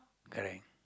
correct